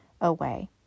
away